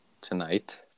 tonight